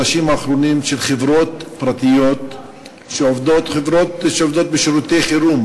של חברות פרטיות שעובדות בשירותי חירום,